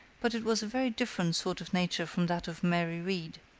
but it was a very different sort of nature from that of mary reed.